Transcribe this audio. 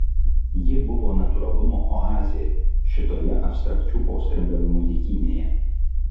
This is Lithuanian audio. ji buvo natūralumo oazė šitoje abstrakčių postringavimų dykynėje